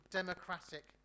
democratic